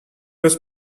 was